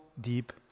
deep